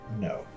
No